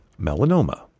melanoma